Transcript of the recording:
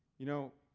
you know,